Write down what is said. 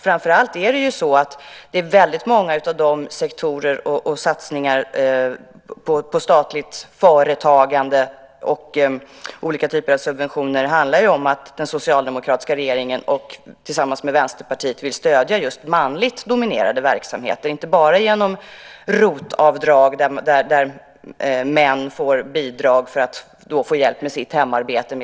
Framför allt i fråga om många sektorer, satsningar på statligt företagande och olika typer av subventioner handlar det om att den socialdemokratiska regeringen, tillsammans med Vänsterpartiet, vill stödja just manligt dominerade verksamheter. Det är inte bara fråga om hjälp i form av ROT-avdrag, där män får bidrag för att få hjälp med sitt hemarbete.